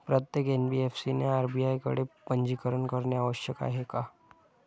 प्रत्येक एन.बी.एफ.सी ने आर.बी.आय कडे पंजीकरण करणे आवश्यक आहे का?